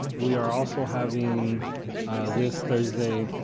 we are also having this thursday